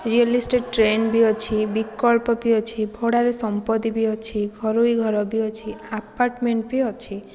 real estate trend ବି ଅଛି ବିକଳ୍ପ ବି ଅଛି ଭଡ଼ାରେ ସମ୍ପତ୍ତି ବି ଅଛି ଘରୋଇ ଘର ବି ଅଛି ଆପାର୍ଟମେଣ୍ଟ ବି ଅଛି